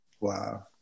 Wow